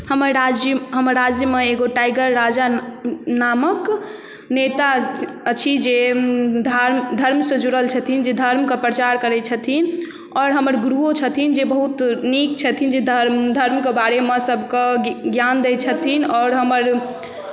हमर राज्य हमर राज्यमे एक गो टाइगर राजा नामक नेता अछि जे धार्म धर्मसँ जुड़ल छथिन जे धर्मके प्रचार करै छथिन आओर हमर गुरुओ छथिन जे बहुत नीक छथिन जे धर्म धर्मके बारेमे सभकेँ ज्ञान दै छथिन आओर हमर